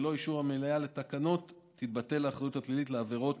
ללא אישור המליאה לתקנות תתבטל האחריות הפלילית לעבירות